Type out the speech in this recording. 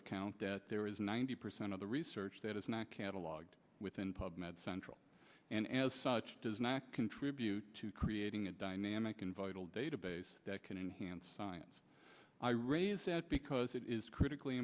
account that there is a ninety percent of the research that is not catalogued within pub med central and as such does not contribute to creating a dynamic in vital database that can enhance science i raise that because it is critically